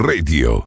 Radio